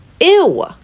Ew